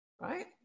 Right